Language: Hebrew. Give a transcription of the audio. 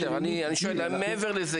מעבר לזה?